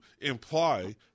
imply